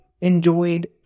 enjoyed